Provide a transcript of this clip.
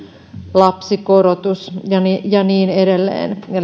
lapsikorotus ja niin edelleen eli